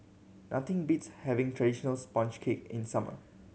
nothing beats having traditional sponge cake in the summer